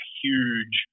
huge